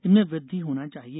इनमें वृदधि होना चाहिए